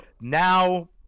Now